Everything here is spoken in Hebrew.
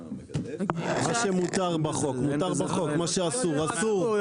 מה שמותר בחוק מותר בחוק, מה שאסור, אסור.